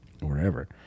wherever